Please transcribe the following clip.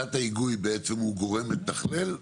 ועדת ההיגוי בעצם הוא גורם מתכלל?